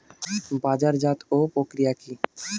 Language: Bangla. বাজারজাতও প্রক্রিয়া কি?